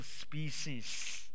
species